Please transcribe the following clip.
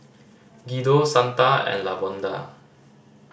Guido Santa and Lavonda